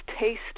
taste